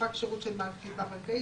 ספק שירות של מערכת ליבה בנקאית,